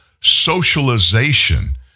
socialization